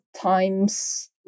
times